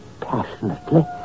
passionately